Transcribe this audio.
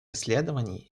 исследований